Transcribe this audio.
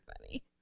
funny